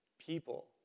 people